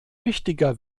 wichtiger